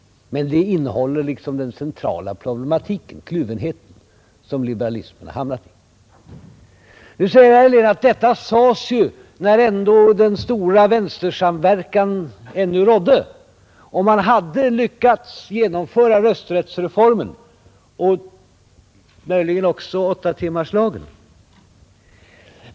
Men det innehåller liksom den centrala problematiken, kluvenheten som liberalismen har hamnat i. Nu svarar herr Helén att detta sades när den stora vänstersamverkan ännu rådde och man hade lyckats genomföra rösträttsreformen och möjligen också åttatimmarslagen.